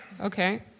Okay